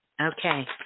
Okay